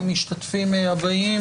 המשתתפים הבאים,